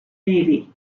navy